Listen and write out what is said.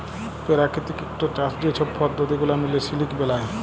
পেরাকিতিক ইকট চাষ যে ছব পদ্ধতি গুলা মিলে সিলিক বেলায়